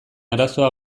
arazoa